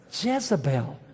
Jezebel